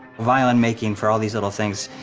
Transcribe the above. violin making for all these little things,